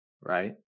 right